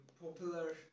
popular